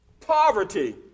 Poverty